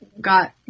got